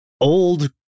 old